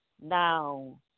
Now